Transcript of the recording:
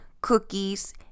cookies